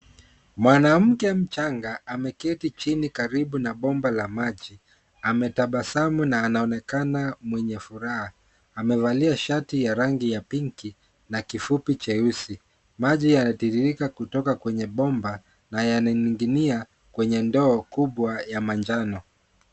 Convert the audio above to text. Mwanamke mchanga ameketi chini karibu na bomba la maji, anatabasamu na anaonekana mwenye furaha, amevalia shati ya rangi ya pinki na kifupi cheusi. Maji yanatiririka kutoka kwenye bomba na yananinginia kwenye ndoo kubwa ya manjano.